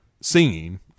singing